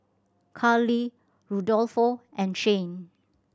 Carli Rudolfo and Shane